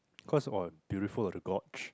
cause uh beautiful the gorge